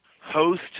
Host